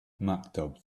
maktub